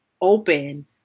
open